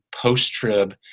post-trib